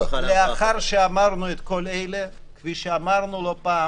לאחר שאמרנו את כל אלה, כפי שאמרנו לא פעם